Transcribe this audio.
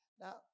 Now